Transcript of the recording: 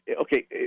Okay